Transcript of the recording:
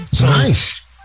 Nice